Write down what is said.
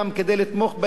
כדי לתמוך בהם,